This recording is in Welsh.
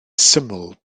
syml